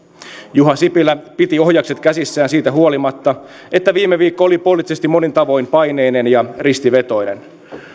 juha sipilä piti ohjakset käsissään siitä huolimatta että viime viikko oli poliittisesti monin tavoin paineinen ja ristivetoinen